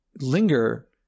linger